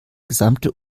gesamte